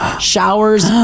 showers